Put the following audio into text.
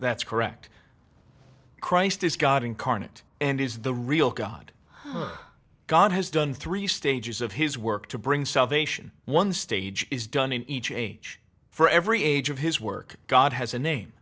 that's correct christ is god incarnate and is the real god god has done three stages of his work to bring salvation one stage is done in each age for every age of his work god has a name